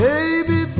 Baby